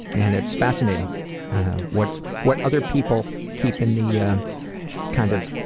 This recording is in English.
and it's fascinating what what other people keep in the kind of,